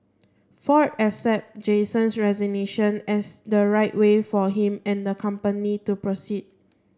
ford accepted Jason's resignation as the right way for him and the company to proceed